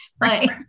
Right